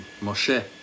Moshe